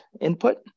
input